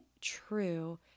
true